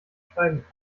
schreiben